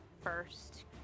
first